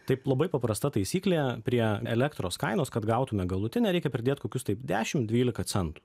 taip labai paprasta taisyklė prie elektros kainos kad gautume galutinę reikia pridėt kokius taip dešimt dvylika centų